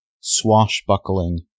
swashbuckling